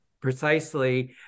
precisely